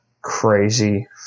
crazy